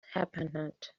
happened